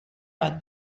bat